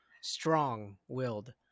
strong-willed